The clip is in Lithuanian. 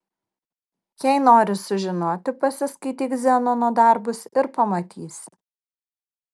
jei nori sužinoti pasiskaityk zenono darbus ir pamatysi